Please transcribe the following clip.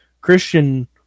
Christian